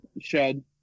shed